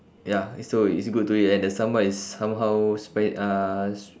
ya so it's good to eat and the sambal is somehow spi~ uh